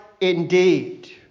indeed